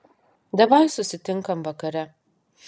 davai susitinkam vakare